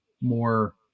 more